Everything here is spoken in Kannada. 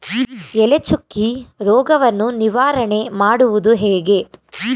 ಎಲೆ ಚುಕ್ಕಿ ರೋಗವನ್ನು ನಿವಾರಣೆ ಮಾಡುವುದು ಹೇಗೆ?